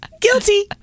Guilty